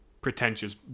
pretentious